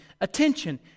attention